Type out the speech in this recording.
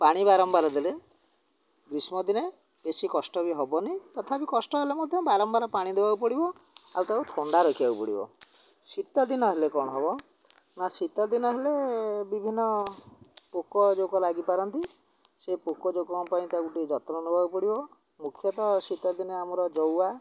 ପାଣି ବାରମ୍ବାର ଦେଲେ ଗ୍ରୀଷ୍ମ ଦିନେ ବେଶୀ କଷ୍ଟ ବି ହେବନି ତଥାପି କଷ୍ଟ ହେଲେ ମଧ୍ୟ ବାରମ୍ବାର ପାଣି ଦେବାକୁ ପଡ଼ିବ ଆଉ ତାକୁ ଥଣ୍ଡା ରଖିବାକୁ ପଡ଼ିବ ଶୀତ ଦିନ ହେଲେ କ'ଣ ହବ ନା ଶୀତ ଦିନ ହେଲେ ବିଭିନ୍ନ ପୋକଜୋକ ଲାଗିପାରନ୍ତି ସେ ପୋକଜୋକଙ୍କ ପାଇଁ ତାକୁ ଟିକେ ଯତ୍ନ ନେବାକୁ ପଡ଼ିବ ମୁଖ୍ୟତଃ ଶୀତଦିନେ ଆମର ଜଉଆ